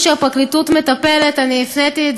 הליך אזרחי שהפרקליטות מטפלת בו.